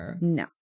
No